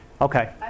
Okay